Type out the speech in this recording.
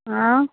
ଆଉ